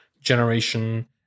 generation